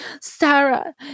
Sarah